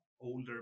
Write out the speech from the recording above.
older